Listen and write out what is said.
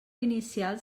inicial